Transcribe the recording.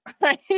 right